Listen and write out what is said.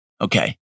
Okay